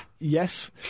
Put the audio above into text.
Yes